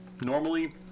Normally